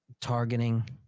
targeting